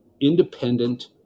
independent